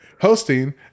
Hosting